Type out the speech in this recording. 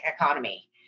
economy